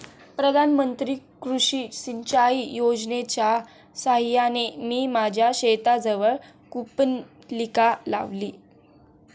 प्रधानमंत्री कृषी सिंचाई योजनेच्या साहाय्याने मी माझ्या शेताजवळ कूपनलिका लावली